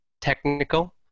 technical